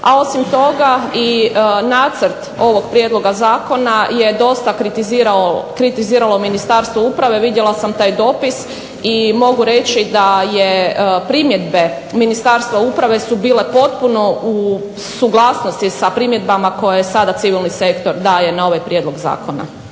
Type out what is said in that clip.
A osim toga i nacrt ovog Prijedloga zakona je dosta kritiziralo Ministarstvo uprave, vidjela sam taj dopis i mogu reći da primjedbe Ministarstva uprave su bile potpuno u suglasnosti sa primjedbama koje sada civilni sektor daje na ovaj Prijedlog zakona.